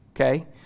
Okay